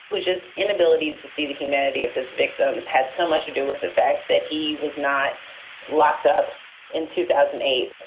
which his inability to see the humanity of his victims had so much to do with the fact that he was not locked up in two thousand and eight.